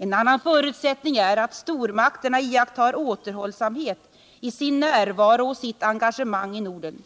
En annan förutsättning är att stormakterna iakttar återhållsamhet i sin närvaro och sitt engagemang i Norden.